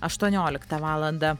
aštuonioliktą valandą